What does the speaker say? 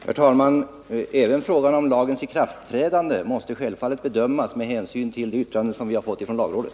Herr talman! Även frågan om lagens ikraftträdande måste självfallet bedömas med hänsyn till det yttrande vi har fått från lagrådet.